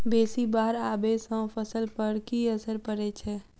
बेसी बाढ़ आबै सँ फसल पर की असर परै छै?